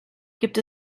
gibt